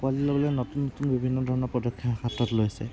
আঁকোৱালি ল'বলৈ নতুন নতুন বিভিন্ন ধৰণৰ পদক্ষেপ হাতত লৈছে